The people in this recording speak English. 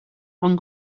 one